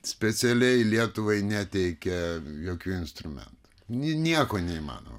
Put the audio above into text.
specialiai lietuvai neteikė jokių instrumentų nieko neįmanoma